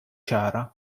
ċara